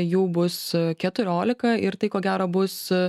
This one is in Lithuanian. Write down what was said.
jų bus keturiolika ir tai ko gero bus